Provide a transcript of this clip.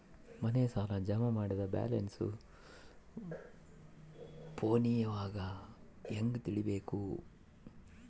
ಮನೆ ಸಾಲ ಜಮಾ ಮಾಡಿದ ಬ್ಯಾಲೆನ್ಸ್ ಫೋನಿನಾಗ ಹೆಂಗ ತಿಳೇಬೇಕು?